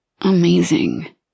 Amazing